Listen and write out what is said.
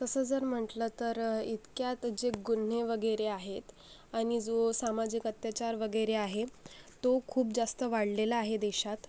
तसं जर म्हटलं तर इतक्यात जे गुन्हे वगैरे आहेत आणि जो सामाजिक अत्याचार वगैरे आहे तो खूप जास्त वाढलेला आहे देशात